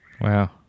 Wow